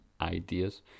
ideas